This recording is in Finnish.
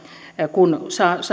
kun